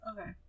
Okay